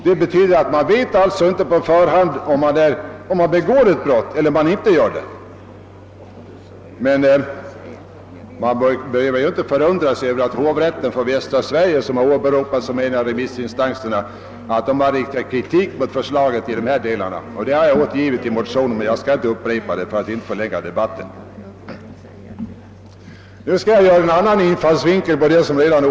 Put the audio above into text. Det betyder att man inte på förhand vet om man begår ett brott eller inte. Vi kan inte förundra oss över att hovrätten för Västra Sverige, som har åberopats som en av remissinstanserna för förslaget, har riktat kritik mot förslaget i dessa delar. Detta har jag citerat i motionen och skall inte upprepa det och därför förlänga debatten. Nu skall jag angripa frågan från en annan infallsvinkel.